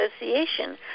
association